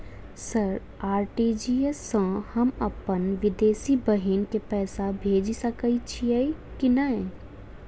Sir RTGS सँ हम अप्पन विदेशी बहिन केँ पैसा भेजि सकै छियै की नै?